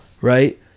right